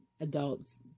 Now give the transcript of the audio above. adults